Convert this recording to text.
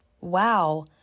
Wow